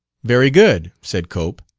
very good, said cope.